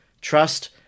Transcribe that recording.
Trust